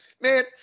Man